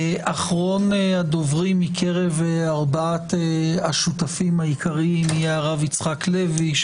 אחרון הדוברים מקרב ארבעת השותפים העיקריים יהיה הרב יצחק לוי.